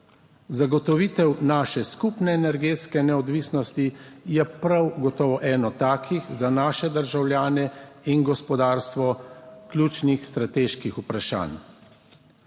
Zagotovitev naše skupne energetske neodvisnosti je prav gotovo eno takih za naše državljane in gospodarstvo ključnih strateških vprašanj.